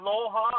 Aloha